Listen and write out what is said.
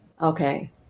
Okay